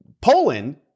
Poland